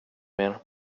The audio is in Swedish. mer